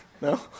No